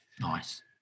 Nice